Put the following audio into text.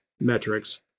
metrics